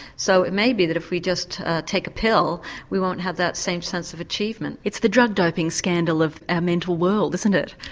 so it may be that if we just take a pill we won't have that same sense of achievement. it's the drug doping scandal of our mental world, isn't it?